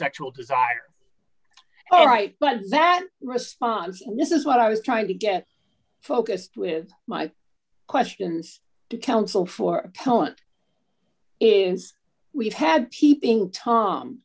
sexual desire all right but that response this is what i was trying to get focused with my questions to counsel for helen is we've had peeping tom